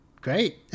Great